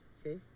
Okay